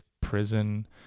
prison